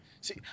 See